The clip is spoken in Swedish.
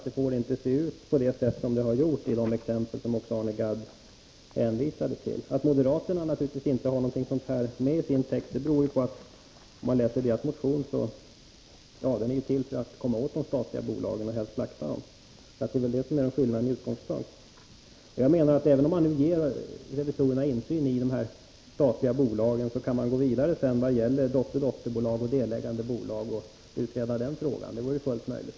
Det får inte se ut på det sätt som det har gjort i de exempel som Arne Gadd hänvisade till. Att moderaterna inte har något sådant med i sin text beror naturligtvis på att deras motion är till för att komma åt de statliga bolagen och helst slakta dem. Det är väl detta som är skillnaden i utgångspunkt. Även om man nu ger revisorerna insyn i de statliga bolagen, kan man gå vidare i vad gäller dotter-dotterbolag och delägande bolag och utreda den frågan. Det vore fullt möjligt.